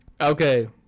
Okay